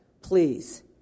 please